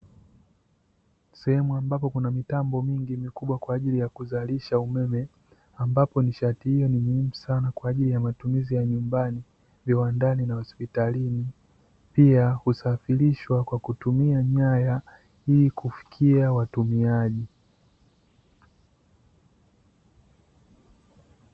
Sehemu ambapo kuna mitambo mingi vikubwa kwa ajili ya kuzalisha umeme ambapo, nishati hiyo ni muhimu sana kwa ajili ya matumizi ya nyumbani, viwandani na hospitalini pia husafirishwa kwa kutumia nyaya ili kufikia watumiaji.